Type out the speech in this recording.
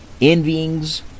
envyings